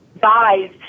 guys